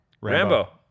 Rambo